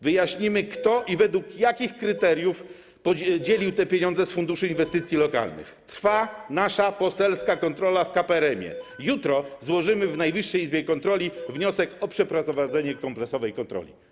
Wyjaśnimy, kto i według jakich kryteriów podzielił te pieniądze z funduszu inwestycji lokalnych, trwa nasza poselska kontrola w KPRM-ie, jutro złożymy w Najwyższej Izbie Kontroli wniosek o przeprowadzenie kompleksowej kontroli.